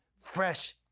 fresh